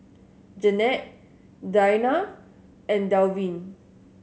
Janette Deana and Dalvin